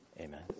Amen